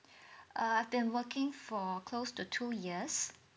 uh I've been working for close to two years